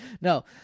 No